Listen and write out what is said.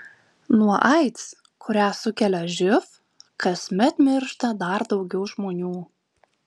nuo aids kurią sukelia živ kasmet miršta dar daugiau žmonių